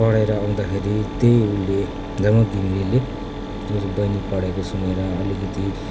पढेर आउँदाखेरि त्यही उसले झमक घिमिरेले उसको बहिनी पढेको सुनेर अलिकति